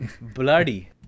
Bloody